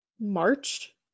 March